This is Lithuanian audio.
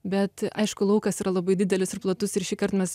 bet aišku laukas yra labai didelis ir platus ir šįkart mes